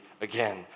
again